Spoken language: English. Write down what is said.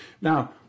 Now